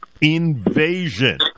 invasion